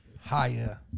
Higher